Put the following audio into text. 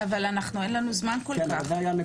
אבל אין לנו זמן כל כך.